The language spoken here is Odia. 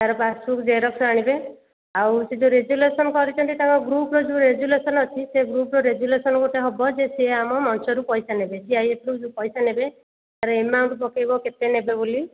ତା'ର ପାସବୁକ୍ ଜେରକ୍ସ୍ ଆଣିବେ ଆଉ ସେ ଯେଉଁ ରେଜୁଲେସନ୍ କରିଛନ୍ତି ତାଙ୍କ ଗ୍ରୁପ୍ର ଯେଉଁ ରେଜୁଲେସନ୍ ଅଛି ସେ ଗ୍ରୁପ୍ର ରେଜୁଲେସନ୍ ଗୋଟେ ହେବ ଯେ ସେ ଆମ ମଞ୍ଚରୁ ପଇସା ନେବେ ସିଆଇଏଫ୍ରୁ ଯେଉଁ ପଇସା ନେବେ ତା'ର ଏମାଉଣ୍ଟ୍ ପକାଇବ କେତେ ନେବେ ବୋଲି